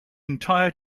entire